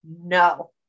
no